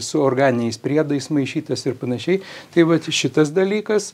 su organiniais priedais maišytas ir panašiai tai vat šitas dalykas